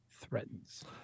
Threatens